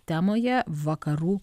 temoje vakarų